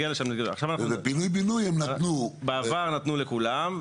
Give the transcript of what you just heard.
פינוי-בינוי הם נתנו --- בעבר נתנו לכולם,